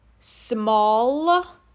small